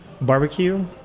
barbecue